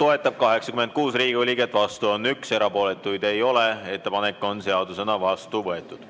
toetab 86 Riigikogu liiget, vastu on 1 ja erapooletuid ei ole. Eelnõu on seadusena vastu võetud.